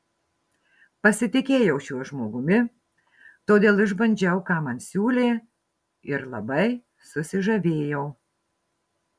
pasitikėjau šiuo žmogumi todėl išbandžiau ką man siūlė ir labai susižavėjau